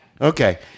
Okay